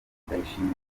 ndayishimiye